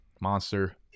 Monster